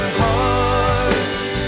hearts